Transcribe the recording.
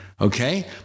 okay